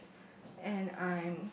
and I'm